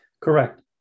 Correct